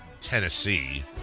Tennessee